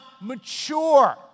mature